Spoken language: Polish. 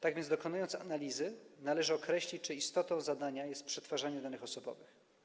Tak więc dokonując analizy, należy określić, czy istotą zadania jest przetwarzanie danych osobowych.